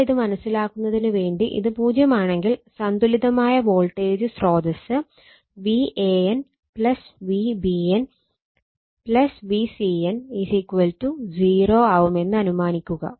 നിങ്ങളിത് മനസ്സിലാക്കുന്നതിന് വേണ്ടി ഇത് 0 ആണെങ്കിൽ സന്തുലിതമായ വോൾട്ടേജ് സ്രോതസ്സ് Van Vbn Vcn 0 ആവുമെന്ന് അനുമാനിക്കുക